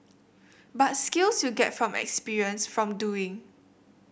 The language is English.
but skills you get from experience from doing